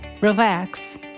relax